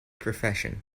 profession